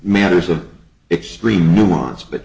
matters of extreme nuance but